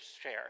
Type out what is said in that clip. share